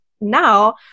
Now